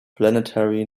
planetary